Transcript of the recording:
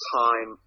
time